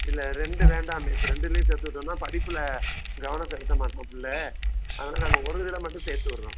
இல்லை ரெண்டு வேண்டாம் மிஸ் ரெண்டுலையும் சேர்த்து விட்டோனா படிப்பில் கவனம் செலுத்த மாட்டான் பிள்ள அவனை நாங்கள் ஒரு இதில் மட்டும் சேர்த்து விட்றோம்